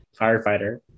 firefighter